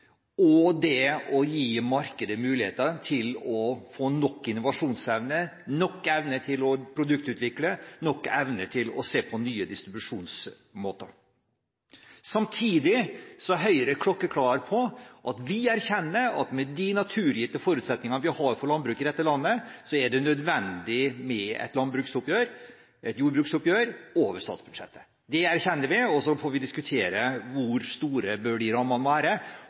og det å gi markedet muligheter til å få nok innovasjonsevne, nok evne til å produktutvikle, og nok evne til å se på nye distribusjonsmåter. Samtidig er Høyre klokkeklar og erkjenner at med de naturgitte forutsetninger vi har for landbruket i dette landet, er det nødvendig med et landbruksoppgjør – et jordbruksoppgjør – over statsbudsjettet. Det erkjenner vi, og så får vi diskutere hvor store de rammene bør være,